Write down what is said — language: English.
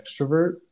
extrovert